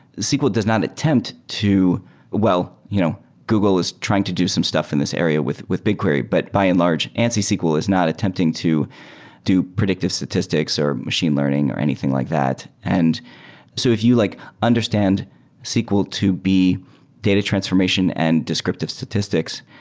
sql does not attempt to well, you know google is trying to do some stuff in this area with with bigquery. but by and large, ansi sql is not attempting to do predictive statistics or machine learning or anything like that. and so if you like understand sql to be data transformation and descriptive statistics,